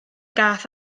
gath